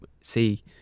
see